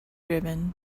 driven